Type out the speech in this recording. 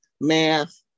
math